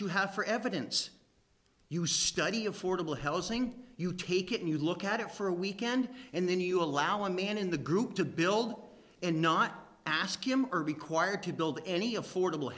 you have for evidence you study affordable housing you take it and you look at it for a weekend and then you allow a man in the group to build and not ask him or be quire to build any affordable